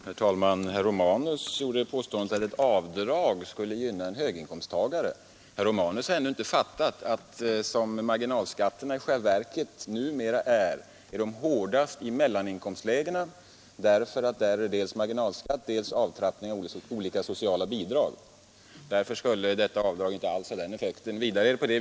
Herr talman! Herr Romanus gjorde påståendet att ett avdrag skulle gynna en höginkomsttagare, Herr Romanus har ännu inte fattat att som marginalskatterna i själva verket numera ligger till, är de hårdast i mellaninkomstlägena. Där får man nämligen dels marginalskatt, dels avtrappning av olika sociala bidrag. Därför skulle detta avdrag inte alls ha den effekt herr Romanus påstår.